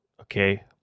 okay